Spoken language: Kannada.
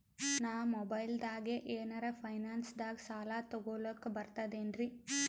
ನಾ ಮೊಬೈಲ್ದಾಗೆ ಏನರ ಫೈನಾನ್ಸದಾಗ ಸಾಲ ತೊಗೊಲಕ ಬರ್ತದೇನ್ರಿ?